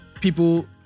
people